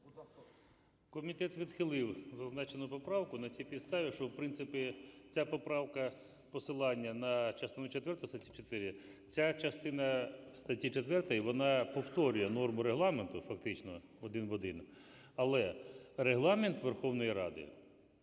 Комітет відхилив зазначену поправку на тій підставі, що в принципі ця поправка-посилання на частину четверту статті 4. Ця частина статті 4, вона повторює норму Регламенту фактично один в один. Але Регламент Верховної Ради